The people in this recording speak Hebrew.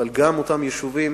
אבל, גם אותם יישובים